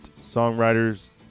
songwriters